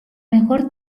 mejor